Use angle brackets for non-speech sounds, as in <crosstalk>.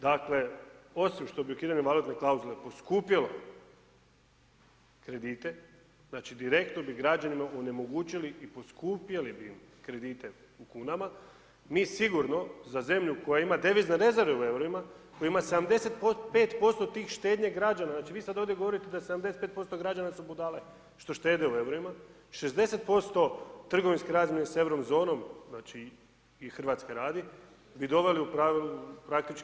Dakle, osim što bi ukidanjem valutne klauzule poskupjelo kredite, znači direktno bi građanima onemogućili i poskupjeli bi im kredite u kunama, mi sigurno za zemlju koja ima devizne rezerve u eurima, koja ima 75% tih štednji građana, znači vi sad ovdje govorite da 75% građana su budale što štede u eurima, 60% trgovinske razmjene sa Euro zonom, znači i Hrvatske radi bi doveli u praktički u jedan ... <unintelligible> položaj.